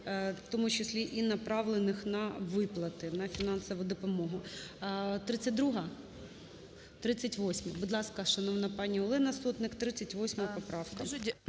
в тому числі і направлених на виплати, на фінансову допомогу. 33-я? 38-а. Будь ласка, шановна пані Олена Сотник, 38 поправка.